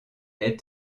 est